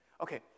Okay